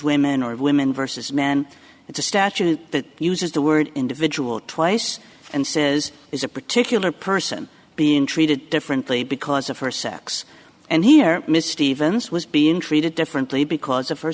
women or women versus men it's a statute that uses the word individual twice and says is a particular person being treated differently because of her sex and here miss stevens was being treated differently because of her